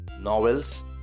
novels